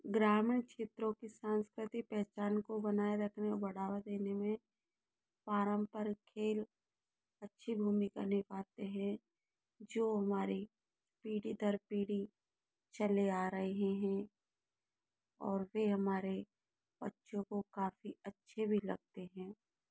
ग्रामीण क्षेत्रों की संस्कृति पहचान को बनाए रखने में बढ़ावा देने में पारंपरिक खेल अच्छी भूमिका निभाते हैं जो हमारे पीढ़ी दर पीढ़ी चले आ रहे हैं और वे हमारे बच्चों को काफ़ी अच्छे भी लगते है